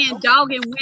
dogging